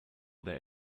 their